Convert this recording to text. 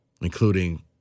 including